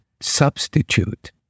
substitute